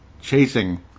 chasing